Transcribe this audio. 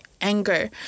anger